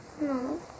No